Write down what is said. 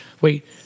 Wait